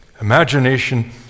Imagination